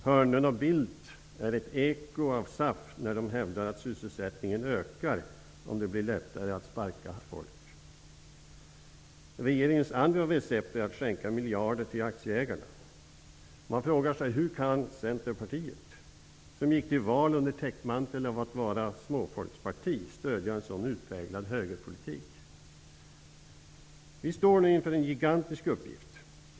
Hörnlund och Bildt är ett eko av SAF när de hävdar att sysselsättningen ökar om det blir lättare att sparka folk. Regeringens andra recept är att skänka miljarder till aktieägarna. Man frågar sig: Hur kan Centerpartiet, som gick till val under täckmantel av att vara småfolksparti, stödja en sådan utpräglad högerpolitik? Vi står nu inför en gigantisk uppgift.